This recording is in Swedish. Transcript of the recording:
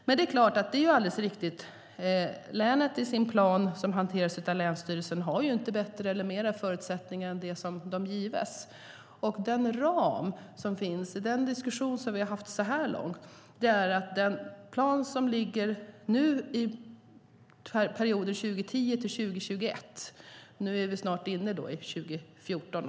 Länet har i sin plan som hanteras av länsstyrelsen inte bättre eller mer förutsättningar än de som där gives. Det föreligger en plan för 2010-2021, och nu är vi snart inne på 2014.